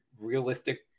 realistic